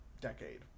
decade